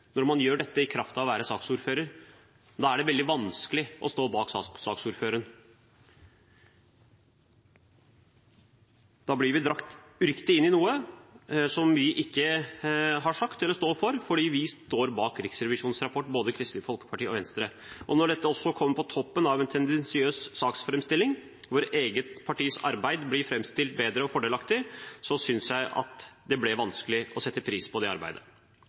når man gjør dette i kraft av å være saksordfører, er det ikke noen grunn for meg til å rose saksordføreren. Da er det veldig vanskelig å stå bak saksordføreren. Da blir vi uriktig dratt inn i noe som vi ikke har sagt eller står for, for vi står bak Riksrevisjonens rapport, både Kristelig Folkeparti og Venstre. Når dette kommer på toppen av en tendensiøs saksframstilling, når eget partis arbeid blir framstilt bedre og fordelaktig, synes jeg at det blir vanskelig å sette pris på det arbeidet.